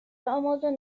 امازون